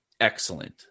excellent